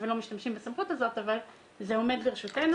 ולא משתמשים בסמכות הזאת אבל היא עומדת לרשותנו